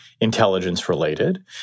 intelligence-related